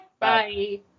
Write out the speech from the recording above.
Bye